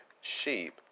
sheep